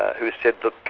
who said, look,